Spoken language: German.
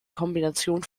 kombination